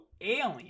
alien